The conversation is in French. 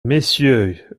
messieurs